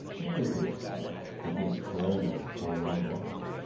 there's the respect that makes calamity of so long life